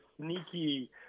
sneaky –